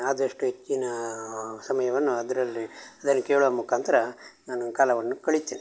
ಆದಷ್ಟು ಹೆಚ್ಚಿನ ಸಮಯವನ್ನು ಅದರಲ್ಲಿ ಅದನ್ನ ಕೇಳುವ ಮುಖಾಂತರ ನಾನು ಕಾಲವನ್ನು ಕಳೆಯುತ್ತೇನೆ